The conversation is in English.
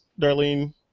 Darlene